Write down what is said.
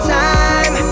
time